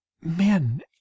men